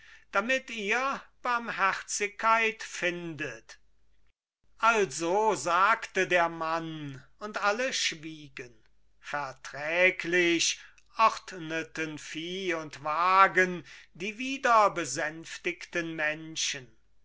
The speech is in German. damit ihr barmherzigkeit findet also sagte der mann und alle schwiegen verträglich ordneten vieh und wagen die wieder besänftigten menschen